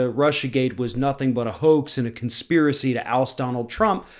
ah russia gate was nothing but a hoax and a conspiracy to alsace donald trump,